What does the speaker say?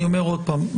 אני אומר עוד פעם,